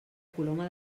coloma